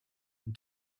and